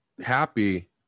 happy